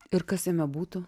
ir kas jame būtų